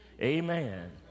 Amen